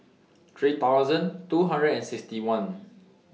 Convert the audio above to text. three thousand two hundred and sixty one